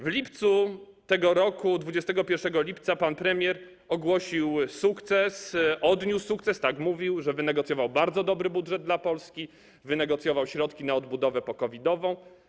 W lipcu tego roku, 21 lipca, pan premier ogłosił sukces, odniósł sukces, tak mówił o tym, że wynegocjował bardzo dobry budżet dla Polski, wynegocjował środki na odbudowę po-COVID-ową.